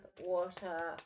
Water